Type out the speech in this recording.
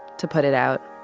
to put it out.